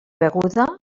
beguda